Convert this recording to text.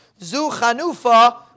Zuchanufa